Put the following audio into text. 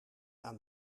aan